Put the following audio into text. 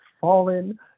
fallen